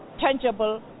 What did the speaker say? tangible